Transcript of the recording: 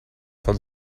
von